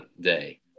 day